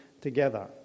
together